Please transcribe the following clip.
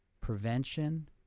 prevention